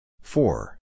Four